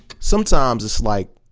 sometimes it's like,